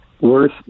worth